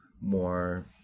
more